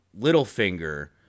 Littlefinger